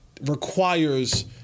requires